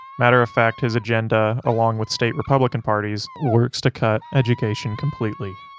matter of fact his agenda along with state republican parties, works to cut education completely.